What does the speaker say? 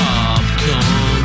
Popcorn